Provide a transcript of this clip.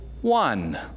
one